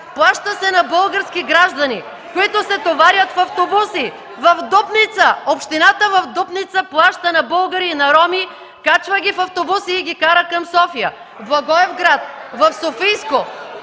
Плаща се на български граждани, които се товарят в автобуси. В Дупница – общината в Дупница плаща на българи и на роми, качва ги в автобуси и ги кара към София. В Благоевград, в Софийско.